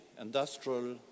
industrial